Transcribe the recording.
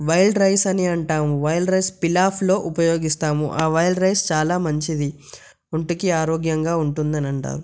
wild rice అని అంటాము wild rice ఫిల్ ఆఫ్లో ఉపయోగిస్తాము ఆ వైల్డ్ రైస్ చాలా మంచిది ఒంటికి ఆరోగ్యంగా ఉంటుందని అంటారు